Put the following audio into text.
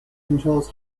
controls